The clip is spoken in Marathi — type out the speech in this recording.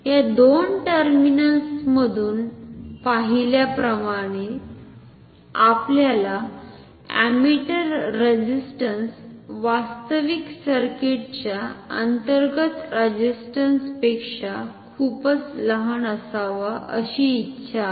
या दोन्ही टर्मिनल्समधून पाहिल्याप्रमाणे आपल्याला अमीटर रेझिस्ट्न्स वास्तविक सर्किटच्या अंतर्गत रेझिस्ट्न्सपेक्षा खूपच लहान असावा अशी इच्छा आहे